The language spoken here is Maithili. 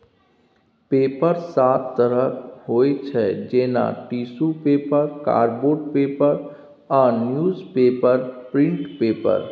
पेपर सात तरहक होइ छै जेना टिसु पेपर, कार्डबोर्ड पेपर आ न्युजपेपर प्रिंट पेपर